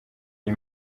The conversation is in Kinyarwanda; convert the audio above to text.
iyi